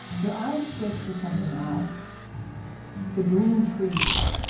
your eyes shift to something else the green trees,